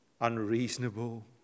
unreasonable